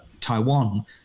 taiwan